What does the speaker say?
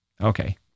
Okay